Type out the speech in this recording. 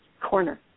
corner